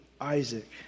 Isaac